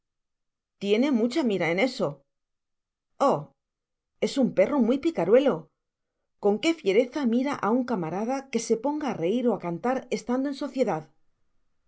tiene mucha mira en eso oh es un perro muy picamelo con qiie fiereza mira á un camarada que se ponga á reir ó á cantar estando en sociedad